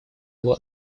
его